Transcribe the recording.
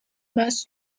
much